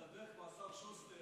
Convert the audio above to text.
היו מדברים כמו השר שוסטר,